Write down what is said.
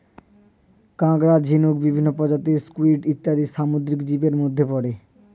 কাঁকড়া, ঝিনুক, বিভিন্ন প্রজাতির স্কুইড ইত্যাদি সামুদ্রিক জীবের মধ্যে পড়ে